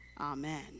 amen